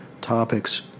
topics